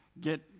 Get